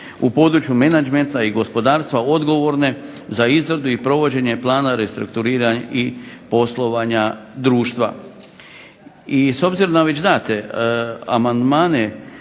u području menagmenta i gospodarstva odgovorne za izradu i provođenje plana restrukturiranja i poslovanja društva. I s obzirom na već date amandmane